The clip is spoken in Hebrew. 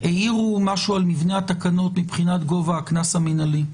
העירו משהו על מבנה התקנות מבחינת גובה הקנס המינהלי,